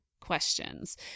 questions